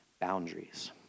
boundaries